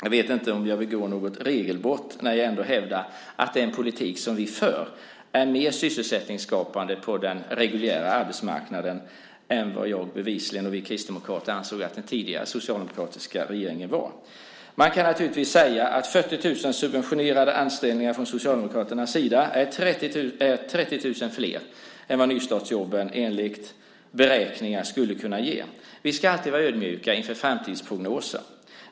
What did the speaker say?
Jag vet inte om jag begår ett regelbrott när jag ändå hävdar att den politik som vi för är mer sysselsättningsskapande på den reguljära arbetsmarknaden än vad jag och vi kristdemokrater bevisligen ansåg att den tidigare socialdemokratiska regeringens var. Man kan naturligtvis säga att 40 000 subventionerade anställningar från Socialdemokraternas sida är 30 000 flera än vad nystartsjobben enligt beräkningar skulle kunna ge. Vi ska vara ödmjuka inför framtidsprognoser.